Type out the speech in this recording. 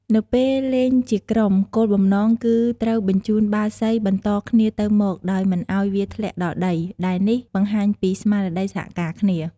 នៅពេលលេងជាក្រុម គោលបំណងគឺត្រូវបញ្ជូនបាល់សីបន្តគ្នាទៅមក ដោយមិនឱ្យវាធ្លាក់ដល់ដី ដែលនេះបង្ហាញពីស្មារតីសហការគ្នា ។